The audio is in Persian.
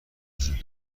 وجود